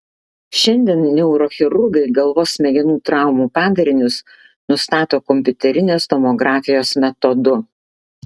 šiandien neurochirurgai galvos smegenų traumų padarinius nustato kompiuterinės tomografijos metodu